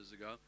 ago